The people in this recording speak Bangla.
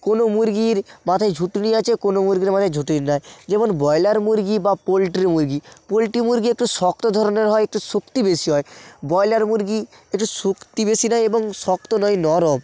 কোনো মুরগির মাথায় ঝুঁটি আছে কোনো মুরগির মাথায় ঝুঁটি নাই যেমন ব্রয়লার মুরগি বা পোলট্রি মুরগি পোলট্রি মুরগি একটু শক্ত ধরনের হয় একটু শক্তি বেশি হয় ব্রয়লার মুরগি একটু শক্তি বেশি নাই এবং শক্ত নয় নরম